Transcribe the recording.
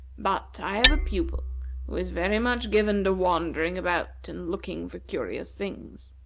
but i have a pupil who is very much given to wandering about, and looking for curious things.